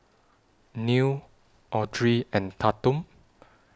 Neal Audry and Tatum